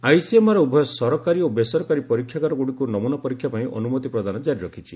ICMR ଉଭୟ ସରକାରୀ ଓ ବେସରକାରୀ ପରୀକ୍ଷାଗାରଗୁଡ଼ିକୁ ନମୁନା ପରୀକ୍ଷା ପାଇଁ ଅନୁମତି ପ୍ରଦାନ ଜାରି ରଖିଛି